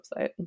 website